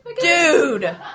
dude